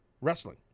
wrestling